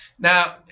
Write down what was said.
Now